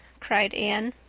cried anne.